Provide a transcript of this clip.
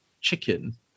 chicken